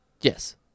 Yes